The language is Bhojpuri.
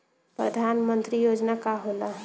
परधान मंतरी योजना का होला?